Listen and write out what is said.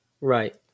Right